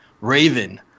Raven